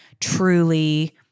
truly